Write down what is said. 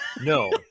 No